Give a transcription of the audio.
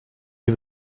est